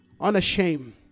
unashamed